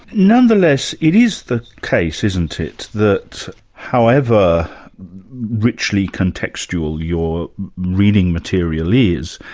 nonetheless, it is the case isn't it, that however richly contextual your reading material is,